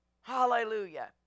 Hallelujah